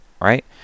right